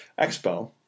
expo